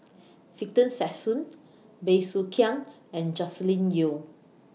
Victor Sassoon Bey Soo Khiang and Joscelin Yeo